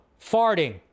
farting